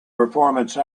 performance